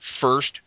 first